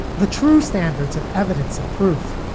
the true standards of evidence and proof,